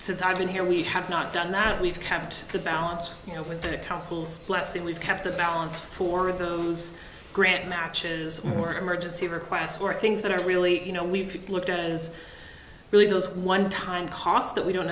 since i've been here we have not done that we've kept the balance you know with the council's blessing we've kept the balance for of those grant matches more emergency requests or things that are really you know we've looked at as really goes one time and cost that we don't